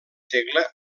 segle